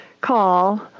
call